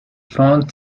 found